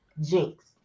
Jinx